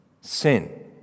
sin